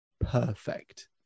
perfect